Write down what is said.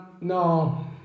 no